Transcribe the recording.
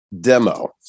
demo